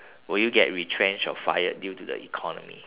will you get retrenched or fired due to the economy